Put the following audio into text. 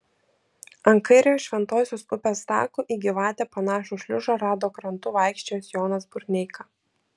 ant kairiojo šventosios upės tako į gyvatę panašų šliužą rado krantu vaikščiojęs jonas burneika